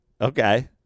Okay